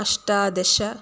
अष्टादश